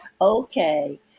okay